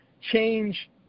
change